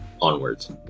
onwards